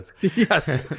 yes